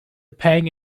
pang